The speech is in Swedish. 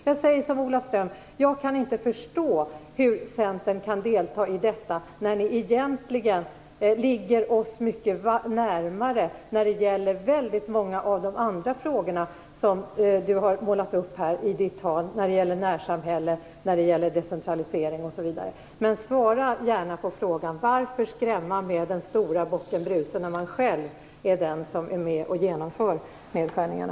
Jag säger som Ola Ström: Jag kan inte förstå hur Centern kan delta i detta när ni egentligen ligger oss mycket närmare i många andra frågor som Andreas Carlgren talat om - närsamhälle, decentralisering osv. Svara gärna på frågan: Varför skrämma med den stora bocken Bruse när man själv är den som genomför nedskärningarna?